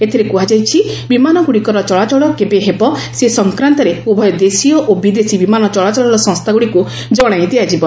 ଏଥିରେ କୃହାଯାଇଛି ବିମାନଗ୍ରଡ଼ିକର ଚଳାଚଳ କେବେ ହେବ ସେ ସଂକ୍ରାନ୍ତରେ ଉଭୟ ଦେଶୀୟ ଓ ବିଦେଶୀ ବିମାନ ଚଳାଚଳ ସଂସ୍ଥାଗୁଡ଼ିକୁ ଜଣାଇ ଦିଆଯିବ